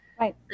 Right